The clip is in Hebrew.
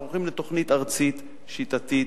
אנחנו הולכים לתוכנית ארצית שיטתית,